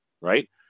right